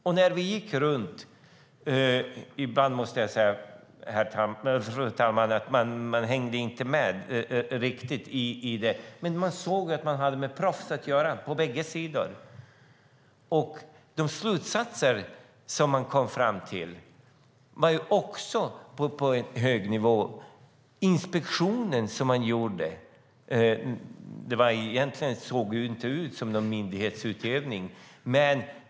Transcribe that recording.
Jag måste säga, fru talman, att när vi gick runt hängde jag inte alltid riktigt med i det som hände men vi såg att vi hade med proffs att göra på bägge sidor. De slutsatser man kom fram till var på en hög nivå. Inspektionen som gjordes såg egentligen inte ut som myndighetsutövning.